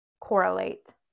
correlate